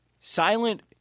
silent